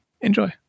Enjoy